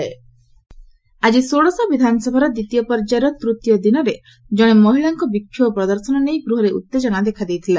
ବିକ୍ଷୋଭ ଆକି ଷୋଡ଼ଶ ବିଧାନସଭାର ଦିବତୀୟ ପର୍ଯ୍ୟାୟର ତୃତୀୟ ଦିନରେ ଜଣେ ମହିଳାଙ୍କ ବିକ୍ଷୋଭ ପ୍ରଦର୍ଶନ ନେଇ ଗୃହରେ ଉତେଜନା ଦେଖାଦେଇଛନ୍ତି